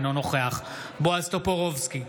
אינו נוכח בועז טופורובסקי,